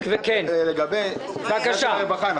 זה בעניין של הרווחה?